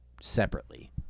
separately